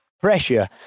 pressure